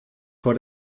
vor